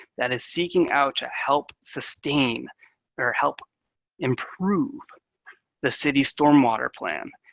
that is seeking out to help sustain or help improve the city stormwater plan,